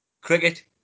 Cricket